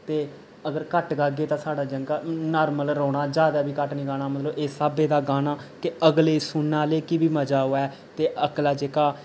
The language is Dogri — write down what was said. ते अगर घट्ट गाह्गे ते साढ़ा संघा नार्मल रौह्ना ज्यादा बी घट्ट नि गाना मतलब इस स्हाबें दा गाना कि अगले सुनने आह्ले गी बी मजा आवै ते अगला जेह्का